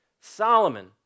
Solomon